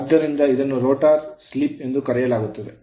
ಆದ್ದರಿಂದ ಇದನ್ನು ರೋಟರ್ ನ ಸ್ಲಿಪ್ ಎಂದು ಕರೆಯಲಾಗುತ್ತದೆ